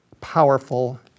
powerful